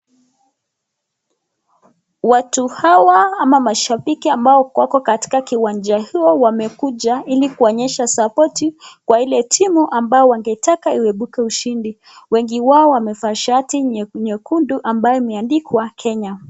Watu hawa ama mashabiki ambao wako katika kiwanja hiyo wamekuja ili kuwaonyesha sapoti kwa ile timu ambao wangetaka iebuke ushindi. Wengi wao wamevaa shati nyekundu ambaye imeandikwa kenya.